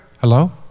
Hello